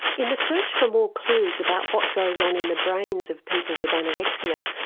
in the search for more clues about what goes on in the brains of people with anorexia,